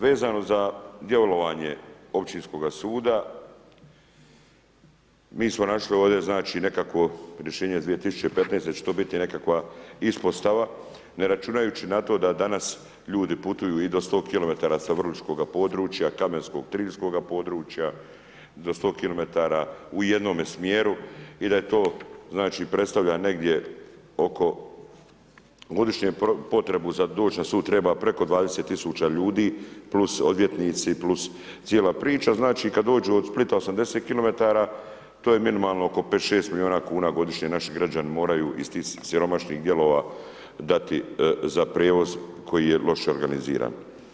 Vezano za djelovanje općinskoga suda, mi smo našli ovdje nekakvo rješenje iz 2015. da će to biti nekakva ispostava, ne računajući na to da danas ljudi putuju i do 100 km sa vrličkoga područja, kamenskog, triljskog područja, do 100 km u jednome smjeru i da to predstavlja negdje oko godišnju potrebu za doć na sud treba 20 000 ljudi plus odvjetnici, plus cijela priča, znači kad dođu od Splita 80 km, to je minimalno oko 5, 6 milijuna kuna, naši građani moraju iz tih siromašnih dijelova dati za prijevoz koji je loše organiziran.